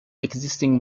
existing